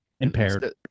Impaired